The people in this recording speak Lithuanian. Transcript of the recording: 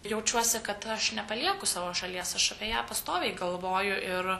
jaučiuosi kad aš nepalieku savo šalies aš apie ją pastoviai galvoju ir